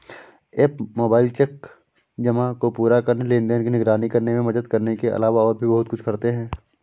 app mobile cheque जमा को पूरा करने, लेनदेन की निगरानी करने में मदद करने के अलावा और भी बहुत कुछ करते हैं